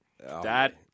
Dad